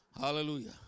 Hallelujah